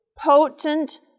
potent